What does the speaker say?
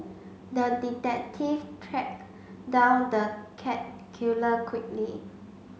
the detective tracked down the cat killer quickly